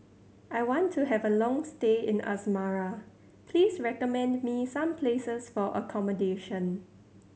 I want to have a long stay in Asmara please recommend me some places for accommodation